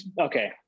Okay